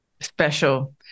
Special